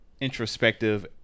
introspective